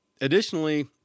additionally